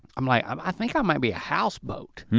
i'm like um i think i might be a houseboat.